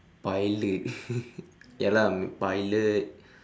pilot ya lah pilot